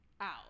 out